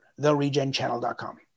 theregenchannel.com